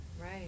right